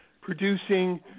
producing –